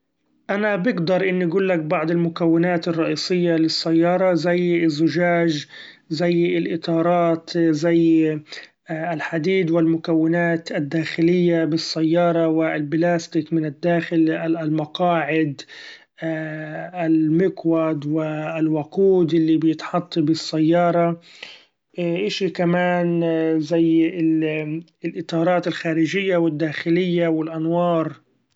أنا بقدر إني قولك بعض المكونات الرئيسية للسيارة ، زي الزچاچ زي الاطارات زي ‹hesitate › الحديد و المكونات الداخلية للسيارة والبلاستيك من الداخل، المقاعد المقود والوقود اللي بيتحط بالسيارة، اشي كمإن زي الاطارات الداخلية والخارچية والأنوار.